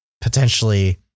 potentially